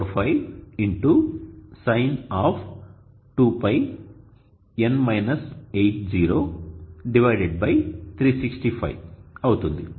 45 x Sin 2π 365 అవుతుంది